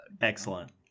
Excellent